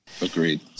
Agreed